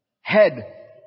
Head